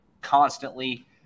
constantly